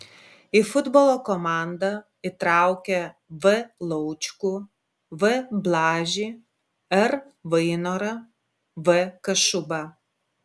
į futbolo komandą įtraukė v laučkų v blažį r vainorą v kašubą